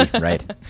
right